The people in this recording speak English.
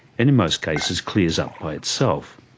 and in most cases, clears up by itself.